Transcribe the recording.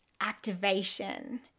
activation